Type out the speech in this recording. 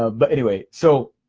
ah but anyway, so